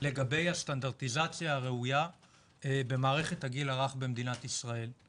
לגבי הסטנדרטיזציה הראויה במערכת הגיל הרך במדינת ישראל.